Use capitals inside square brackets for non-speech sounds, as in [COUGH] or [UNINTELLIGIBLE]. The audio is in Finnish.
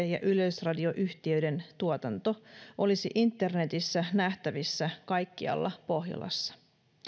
[UNINTELLIGIBLE] ja yleisradioyhtiöiden tuotanto olisi internetissä nähtävissä kaikkialla pohjolassa